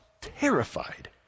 terrified